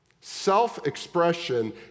Self-expression